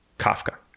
kafka.